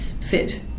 fit